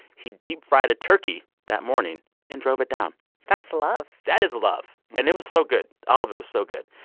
he deep fried a turkey that morning and drove it down that's love that is love. and it was so good. all of it was so good.